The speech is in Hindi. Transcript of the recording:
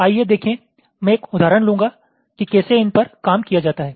आइए देखें कि मैं एक उदाहरण लूंगा कि कैसे इन पर काम किया जाता है